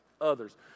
others